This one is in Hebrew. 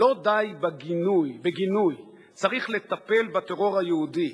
"לא די בגינוי, צריך לטפל בטרור היהודי.